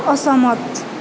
असहमत